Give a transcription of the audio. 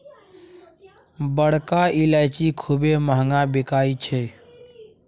बड़का ईलाइची खूबे महँग बिकाई छै